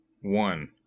one